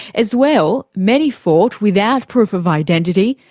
as well, many fought without proof of identity,